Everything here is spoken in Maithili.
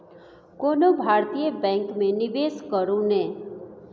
कोनो भारतीय बैंक मे निवेश करू ने